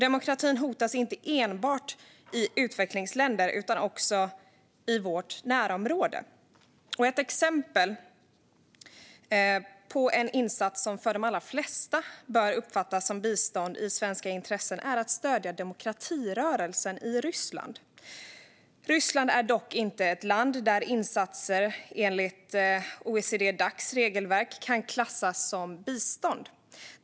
Demokratin hotas inte enbart i utvecklingsländer utan också i vårt närområde. Ett exempel på en insats som för de allra flesta bör uppfattas som bistånd i svenskt intresse är att stödja demokratirörelsen i Ryssland. Ryssland är dock inte ett land där insatser enligt OECD-Dacs regelverk kan klassas som bistånd.